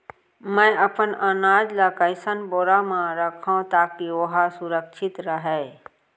मैं अपन अनाज ला कइसन बोरा म रखव ताकी ओहा सुरक्षित राहय?